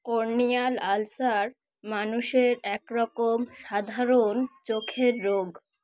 corneal ulcer মানুষের একরকম সাধারণ চোখের রোগ